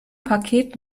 paket